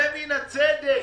זה מן הצדק.